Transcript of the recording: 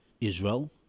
Israel